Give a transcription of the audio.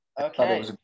Okay